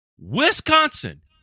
Wisconsin